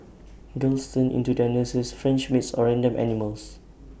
girls turn into their nurses French maids or random animals